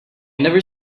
never